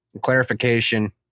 clarification